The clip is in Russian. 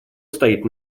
стоит